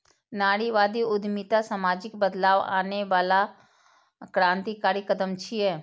नारीवादी उद्यमिता सामाजिक बदलाव आनै बला क्रांतिकारी कदम छियै